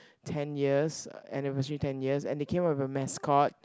ten years anniversary ten years and they came out with a mascot